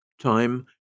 Time